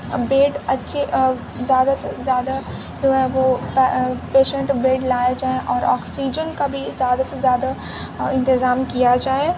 bed اچھے زیادہ تو زیادہ جو ہے وہ پیشنٹ بیڈ لائے جائیں اور آکسیجن کا بھی زیادہ سے زیادہ انتظام کیا جائے